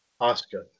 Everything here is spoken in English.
Oscar